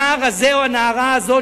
הנער הזה או הנערה הזאת,